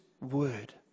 word